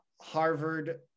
Harvard